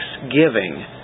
thanksgiving